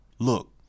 Look